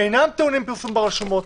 שאומר שהם אינם טעונים פרסום ברשומות.